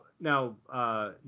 now